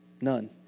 None